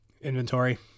inventory